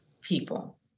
people